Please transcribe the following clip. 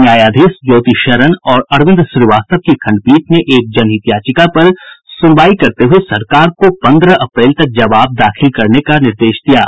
न्यायाधीश ज्योति शरण और अरविंद श्रीवास्तव की खंडपीठ ने एक जनहित याचिका पर सुनवाई करते हुए सरकार को पन्द्रह अप्रैल तक जवाब दाखिल करने का निर्देश दिया है